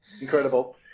Incredible